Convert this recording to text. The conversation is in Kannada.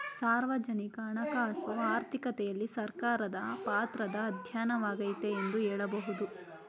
ಸಾರ್ವಜನಿಕ ಹಣಕಾಸು ಆರ್ಥಿಕತೆಯಲ್ಲಿ ಸರ್ಕಾರದ ಪಾತ್ರದ ಅಧ್ಯಯನವಾಗೈತೆ ಎಂದು ಹೇಳಬಹುದು